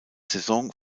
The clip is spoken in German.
saison